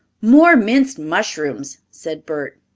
more minced mushrooms, said bert.